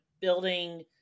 building